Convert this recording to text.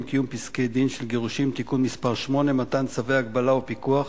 (קיום פסקי-דין של גירושין) (תיקון מס' 8) (מתן צווי הגבלה ופיקוח